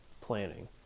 planning